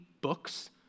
books